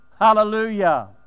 Hallelujah